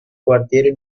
quartiere